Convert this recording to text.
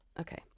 Okay